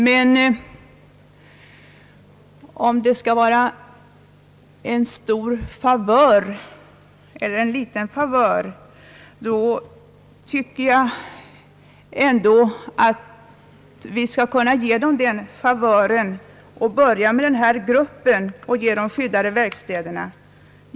Men vare sig det är en stor favör eller en liten favör tycker jag ändå att vi skall börja med denna grupp och ge dessa människor denna favör, ge dem de skyddade verkstäderna.